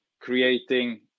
creating